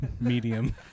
medium